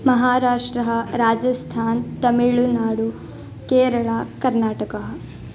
महाराष्ट्रः राजस्थानं तमिळुनाडुः केरळा कर्नाटकः